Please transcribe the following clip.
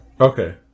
Okay